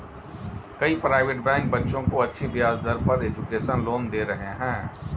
कई private bank बच्चों को अच्छी ब्याज दर पर एजुकेशन लोन दे रहे है